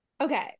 Okay